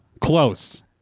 Close